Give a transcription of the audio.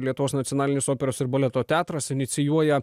lietuvos nacionalinis operos ir baleto teatras inicijuoja